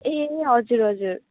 ए हजुर हजुर